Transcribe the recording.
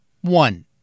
One